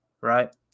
right